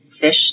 fish